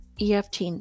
EFT